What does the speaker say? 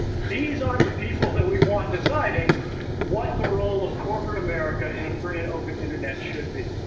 these aren't the people that we want deciding what the role of corporate america in a free and open internet should be.